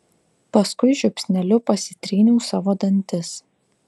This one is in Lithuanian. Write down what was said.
paskui žiupsneliu pasitryniau savo dantis